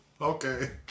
Okay